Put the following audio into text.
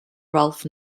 ralph